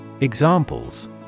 Examples